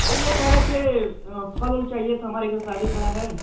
अरे भैया कह रहे थे फल वल चाहिये था हमारे घर शादी पड़ा है